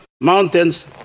mountains